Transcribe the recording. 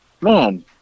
man